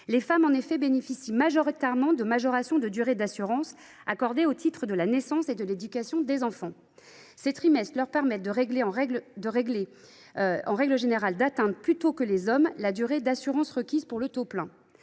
Les femmes, en effet, bénéficient majoritairement des majorations de durée d’assurance accordées au titre de la naissance et de l’éducation des enfants. Ces trimestres leur permettent, en règle générale, d’atteindre plus tôt que les hommes la durée d’assurance requise pour le taux plein,